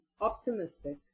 optimistic